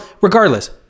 regardless